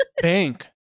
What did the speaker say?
bank